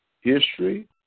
History